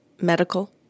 medical